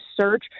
search